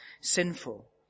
sinful